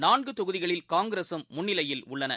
நான்கு தொகுதிகளில் காங்கிரசும் முன்னிலையில் உள்ளன